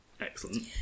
Excellent